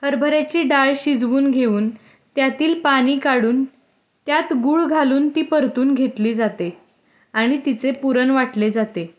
हरभऱ्याची डाळ शिजवून घेऊन त्यातील पाणी काढून त्यात गूळ घालून ती परतून घेतली जाते आणि तिचे पुरण वाटले जाते